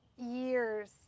years